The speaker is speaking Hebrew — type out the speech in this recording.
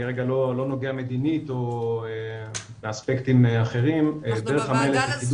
אני כרגע לא נוגע מדינית ואספקטים אחרים --- אני